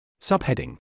Subheading